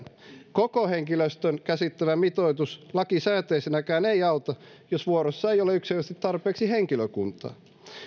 koko henkilöstön käsittävä mitoitus lakisääteisenäkään ei auta jos vuorossa ei ole yksinkertaisesti tarpeeksi henkilökuntaa